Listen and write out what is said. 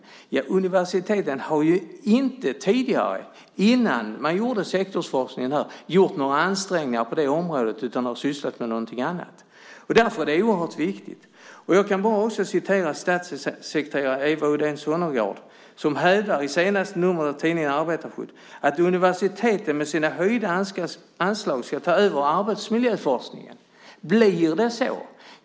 Men universiteten har inte innan man inrättade sektorsforskningen gjort några ansträngningar på det området, utan har sysslat med annat. Därför är det oerhört viktigt. Statssekretare Eva Uddén Sonnegård hävdar i senaste numret av tidningen Arbetarskydd att universiteten med sina höjda anslag ska ta över arbetsmiljöforskningen. Blir det så?